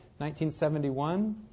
1971